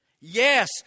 Yes